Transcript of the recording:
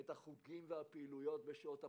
את החוגים והפעילויות בשעות הפנאי.